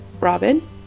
Robin